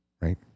right